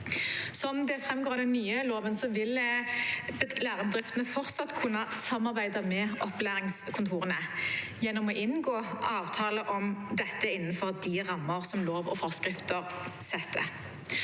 Som det framgår i den nye loven, vil lærebedriftene fortsatt kunne samarbeide med opplæringskontorene gjennom å inngå avtaler om dette innenfor de rammer som lov og forskrifter setter.